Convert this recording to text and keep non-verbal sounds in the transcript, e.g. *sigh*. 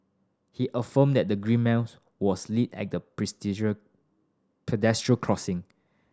he affirmed that the green man *unintelligible* was lit at the *unintelligible* pedestrian crossing